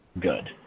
good